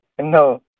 No